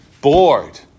bored